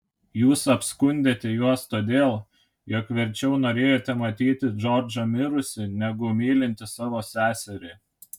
jūs apskundėte juos todėl jog verčiau norėjote matyti džordžą mirusį negu mylintį savo seserį